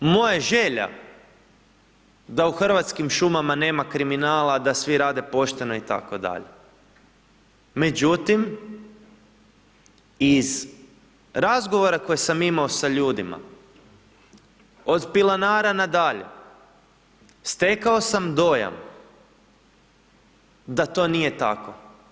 Moja je želja da u Hrvatskim šumama nema kriminala, da svi rade pošteno itd., međutim iz razgovora koje sam imao sa ljudima od pilanara na dalje stekao sam dojam da to nije tako.